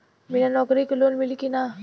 बिना नौकरी के लोन मिली कि ना?